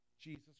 Jesus